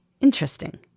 interesting